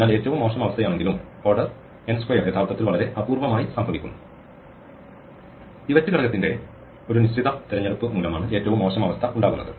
അതിനാൽ ഏറ്റവും മോശം അവസ്ഥയാണെങ്കിലും ഓർഡർ n സ്ക്വയർ യഥാർത്ഥത്തിൽ വളരെ അപൂർവ്വമായി സംഭവിക്കുന്നു പിവറ്റ് ഘടകത്തിന്റെ ഒരു നിശ്ചിത തിരഞ്ഞെടുപ്പ് മൂലമാണ് ഏറ്റവും മോശം അവസ്ഥ ഉണ്ടാകുന്നത്